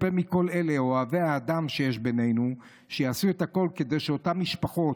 מצופה מכל אוהבי האדם שיש בינינו שיעשו את הכול כדי שאותן משפחות